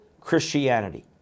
Christianity